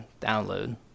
download